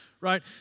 right